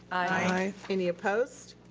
aye. any opposed?